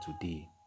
today